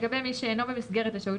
לגבי מי שאינו במסגרת לשהות